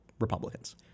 Republicans